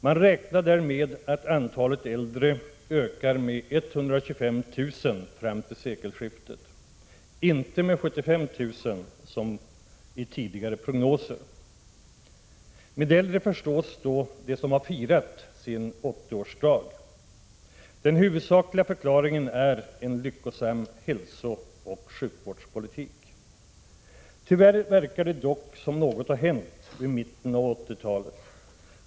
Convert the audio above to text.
Man räknar där med att antalet äldre ökar med 125 000 fram till sekelskiftet — inte med 75 000, som beräknats i tidigare prognoser. Med äldre förstås då de som firat sin 80-årsdag. Den huvudsakliga förklaringen är en lyckosam hälsooch sjukvårdspolitik. Det verkar dock som om något har hänt i mitten av 1980-talet.